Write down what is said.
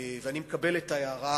ואני מקבל את ההערה.